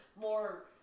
More